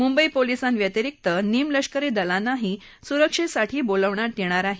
मुंबई पोलिसांव्यतिरिक्त निमलष्करी दलांनाही सुरक्षेसाठी बोलावण्यात येणार आहे